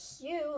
cute